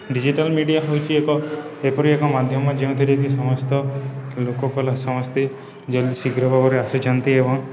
digital media ହୋଇଛି ଏକ ଏପରି ଏକ ମାଧ୍ୟମ ଯେଉଁଥିରେ କିି ସମସ୍ତ ଲୋକ କଳା ସମସ୍ତେ ଜଲ୍ଦି ଶୀଘ୍ର ଭାବରେ ଆସୁଛନ୍ତି ଏବଂ